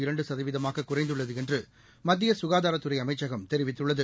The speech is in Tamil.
இரண்டுசதவீதமாககுறைந்துள்ளதுஎன்றுமத்தியசுகாதாரத்துறைஅமைச்சகம் தெரிவித்துள்ளது